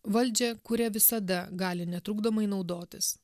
valdžią kuria visada gali netrukdomai naudotis